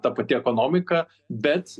ta pati ekonomika bet